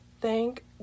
Thank